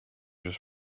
just